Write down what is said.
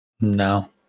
No